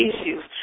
issues